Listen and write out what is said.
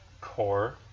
core